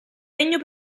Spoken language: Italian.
regno